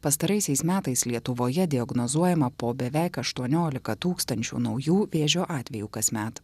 pastaraisiais metais lietuvoje diagnozuojama po beveik aštuoniolika tūkstančių naujų vėžio atvejų kasmet